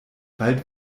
bald